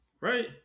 Right